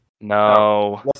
No